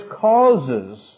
causes